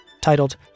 titled